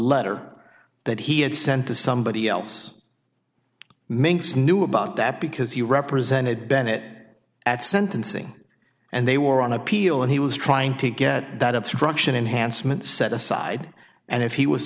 letter that he had sent to somebody else minks knew about that because he represented bennett at sentencing and they were on appeal and he was trying to get that obstruction enhanced meant set aside and if he was